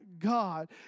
God